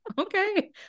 okay